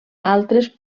altres